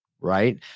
right